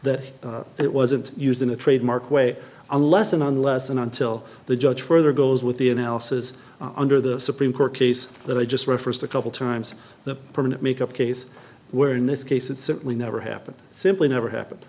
that it wasn't used in a trademark way unless and unless and until the judge further goes with the else's under the supreme court case that i just referenced a couple times the permanent makeup case where in this case it certainly never happened simply never happened